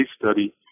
study